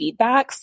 feedbacks